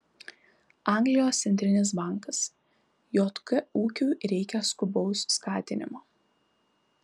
anglijos centrinis bankas jk ūkiui reikia skubaus skatinimo